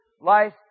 life